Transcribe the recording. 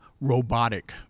robotic